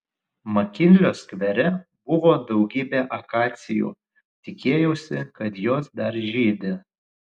makinlio skvere buvo daugybė akacijų tikėjausi kad jos dar žydi